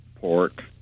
pork